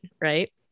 right